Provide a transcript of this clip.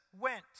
went